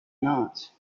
not